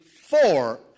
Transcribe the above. four